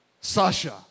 Sasha